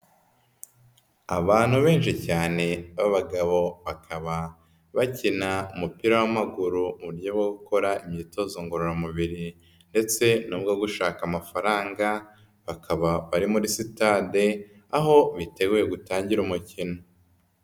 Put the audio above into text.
Abantu benshi cyane babagabo bakaba bakina umupira w'amaguru mu uburyo bwo gukora imyitozo ngororamubiri ndetse n'ubwo gushaka amafaranga, bakaba bari muri sitade, aho biteguye gutangira umukino.